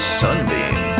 sunbeam